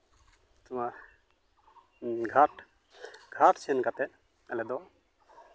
ᱱᱚᱣᱟ ᱜᱷᱟᱴ ᱜᱷᱟᱴ ᱥᱮᱱ ᱠᱟᱛᱮᱫ ᱟᱞᱮ ᱫᱚ